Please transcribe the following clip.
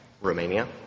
Romania